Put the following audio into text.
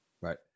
Right